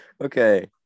Okay